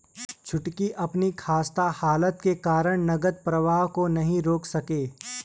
छुटकी अपनी खस्ता हालत के कारण नगद प्रवाह को नहीं रोक सके